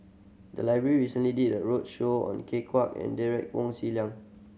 the library recently did a roadshow on Ken Kwek and Derek Wong Zi Liang